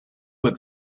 with